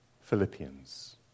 Philippians